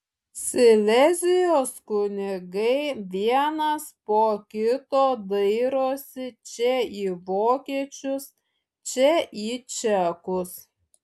silezijos kunigai vienas po kito dairosi čia į vokiečius čia į čekus